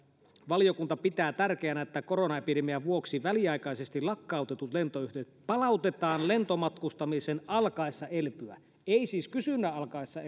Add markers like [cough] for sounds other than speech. valiokunta pitää tärkeänä että koronaepidemian vuoksi väliaikaisesti lakkautetut lentoyhteydet palautetaan lentomatkustamisen alkaessa elpyä ei siis kysynnän alkaessa [unintelligible]